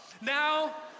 Now